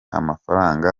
amafaranga